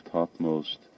topmost